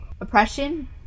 oppression